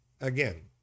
Again